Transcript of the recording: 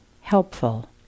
helpful